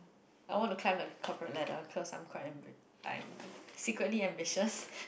I want to climb the cooperate ladder cause I am quite ambi~ I'm secretly ambitious